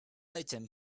item